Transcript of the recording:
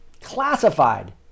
Classified